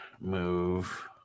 move